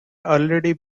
already